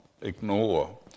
ignore